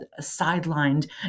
sidelined